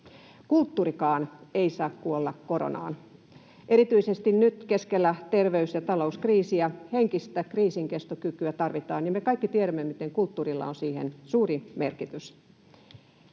Kulttuurikaan ei saa kuolla koronaan. Erityisesti nyt keskellä terveys- ja talouskriisiä tarvitaan henkistä kriisinkestokykyä, ja me kaikki tiedämme, miten kulttuurilla on siihen suuri merkitys.